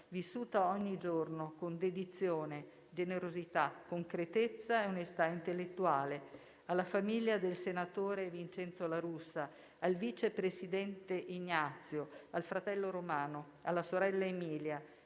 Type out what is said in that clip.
vissuta ogni giorno con dedizione, generosità, concretezza e onestà intellettuale. Alla famiglia del senatore Vincenzo La Russa, al vice presidente Ignazio, al fratello Romano, alla sorella Emilia